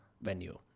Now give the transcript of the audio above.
venue